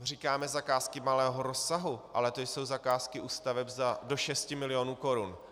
Říkáme zakázky malého rozsahu, ale to jsou zakázky u staveb do šesti milionů korun.